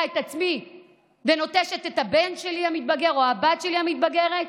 את עצמי ונוטשת את הבן שלי המתבגר או את הבת המתבגרת שלי?